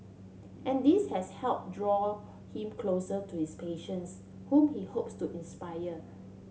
and this has helped draw him closer to his patients whom he hopes to inspire